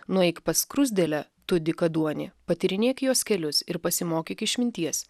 nueik pas skruzdėlę tu dykaduoni patyrinėk jos kelius ir pasimokyk išminties